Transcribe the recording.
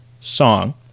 song